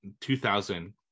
2000